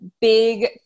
big